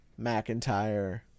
McIntyre